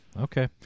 Okay